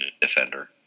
defender